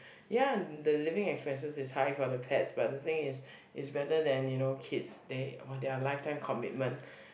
ya the living expenses is high for the pets but the thing is is better than you know kids they [wah] they're lifetime commitment